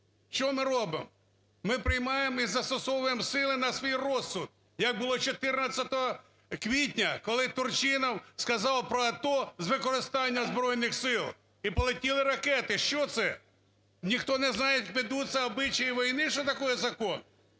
Що ми робимо? Ми приймаємо і застосовуємо сили на свій розсуд, як було 14 квітня, коли Турчинов сказав про АТО з використанням Збройних Сил, і полетіли ракети. Що це? Ніхто не знає, як ведуться обычаи війни, что такое закон,